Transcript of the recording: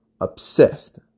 obsessed